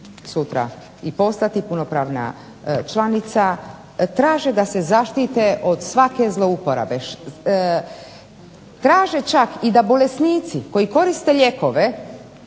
sutra postati punopravna članica, traže da se zaštite od svake zlouporabe, traže čak da i bolesnici koji koriste lijekove